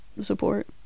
support